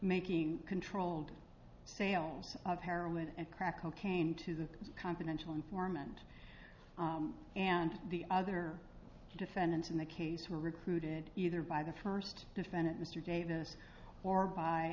making controlled sales of heroin and crack cocaine to the confidential informant and the other defendants in the case were recruited either by the first defendant mr davis or